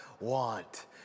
want